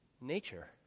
nature